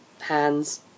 hands